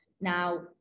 now